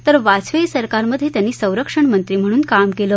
तर वाजपेयी सरकारमधे त्यांनी संरक्षण मंत्री म्हणून काम केलं